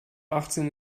achtzehn